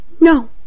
no